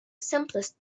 simplest